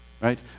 Right